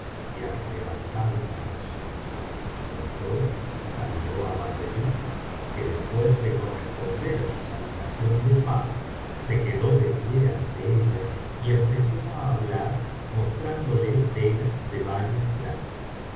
y arrebataba la razón se sentó y saludó á badreddin que después de corresponder á su salutación de paz se quedó de pie ante ella y empezó á hablar mostrándole telas de varias clases y